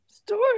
Story